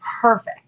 perfect